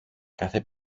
κάθε